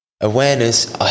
Awareness